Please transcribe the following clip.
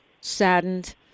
saddened